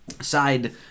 side